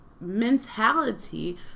mentality